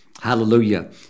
Hallelujah